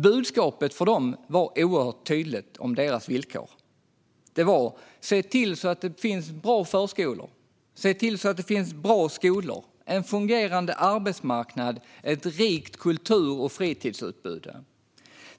Budskapet från dem om deras villkor var oerhört tydligt: Se till att det finns bra förskolor, bra skolor, en fungerande arbetsmarknad och ett rikt kultur och fritidsutbud!